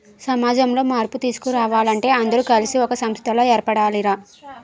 సమాజంలో మార్పు తీసుకురావాలంటే అందరూ కలిసి ఒక సంస్థలా ఏర్పడాలి రా